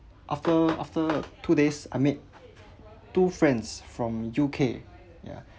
after after a two days I made two friends from U_K ya